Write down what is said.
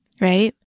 right